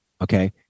Okay